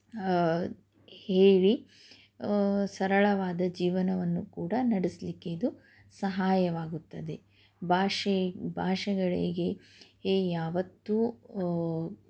ಹೇಳಿ ಸರಳವಾದ ಜೀವನವನ್ನು ಕೂಡ ನಡೆಸಲಿಕ್ಕೆ ಇದು ಸಹಾಯವಾಗುತ್ತದೆ ಭಾಷೆ ಭಾಷೆಗಳಿಗೆ ಎ ಯಾವತ್ತೂ